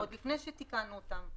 עוד לפני שתיקנו אותם.